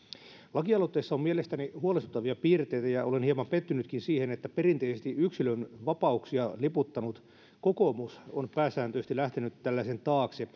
lakialoitteessa on mielestäni huolestuttavia piirteitä ja olen hieman pettynytkin siihen että perinteisesti yksilönvapauksia liputtanut kokoomus on pääsääntöisesti lähtenyt tällaisen taakse